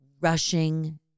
rushing